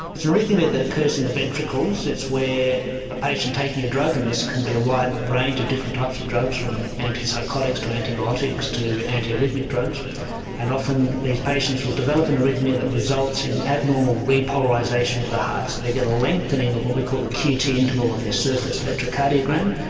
it's arrhythmia that occurs in the ventricles, it's where a patient taking a drug and this can be a wide range of different types of drugs from anti-psychotics to antibiotics to anti arrhythmic drugs and often these patients will develop an arrhythmia that results in abnormal repolarisation of the heart. so they get a lengthening of what we call the qt interval on their surface electrocardiogram.